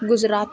Gujarat